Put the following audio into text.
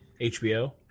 HBO